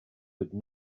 could